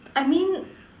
I mean